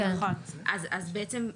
אז בעצם,